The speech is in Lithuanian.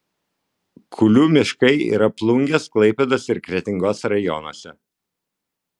kulių miškai yra plungės klaipėdos ir kretingos rajonuose